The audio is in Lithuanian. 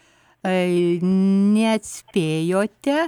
ai neatspėjote